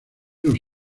los